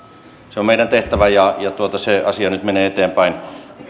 se on meidän tehtävämme ja se asia nyt menee eteenpäin